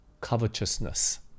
covetousness